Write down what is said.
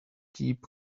keep